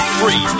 free